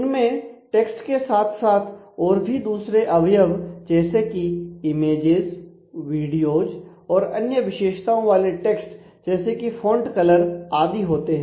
उनमें टेक्स्ट के साथ साथ और भी दूसरे अवयव जैसे कि इमेजेस वीडियोज और अन्य विशेषताओं वाले टेक्स्ट जैसे कि फोंट कलर आदि होते हैं